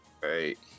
right